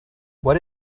what